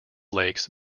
lakes